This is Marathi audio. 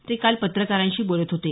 ते काल पत्रकारांशी बोलत होते